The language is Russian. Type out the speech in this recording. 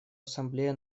ассамблея